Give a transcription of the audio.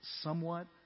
somewhat